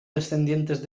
descendientes